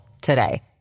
today